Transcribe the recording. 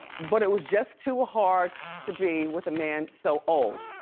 but it was just too hard to be with a man so old.